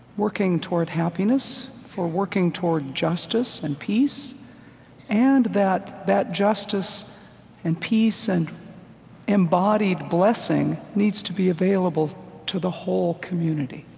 working toward happiness, for working toward justice and peace and that that justice and peace and embodied blessing needs to be available to the whole community